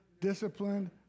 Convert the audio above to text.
disciplined